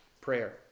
prayer